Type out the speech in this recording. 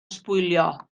sbwylio